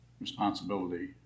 responsibility